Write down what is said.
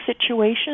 situation